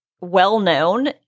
well-known